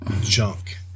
junk